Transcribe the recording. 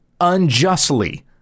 unjustly